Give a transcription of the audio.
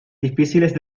difíciles